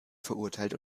verurteilt